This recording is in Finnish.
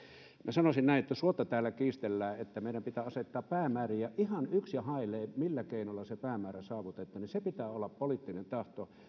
minä sanoisin näin että suotta täällä kiistellään meidän pitää asettaa päämääriä on ihan yks ja hailee millä keinolla se päämäärä saavutetaan siinä pitää olla poliittinen tahto